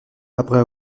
après